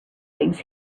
things